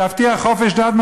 תבטיח חופש דת,